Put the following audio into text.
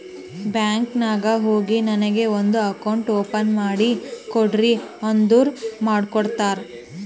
bank ನಾಗ್ ಹೋಗಿ ನನಗ ಒಂದ್ ಅಕೌಂಟ್ ಓಪನ್ ಮಾಡಿ ಕೊಡ್ರಿ ಅಂದುರ್ ಮಾಡ್ಕೊಡ್ತಾರ್